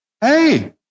hey